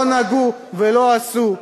לא נגעו ולא עשו.